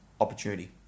opportunity